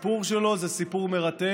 הסיפור שלו זה סיפור מרתק,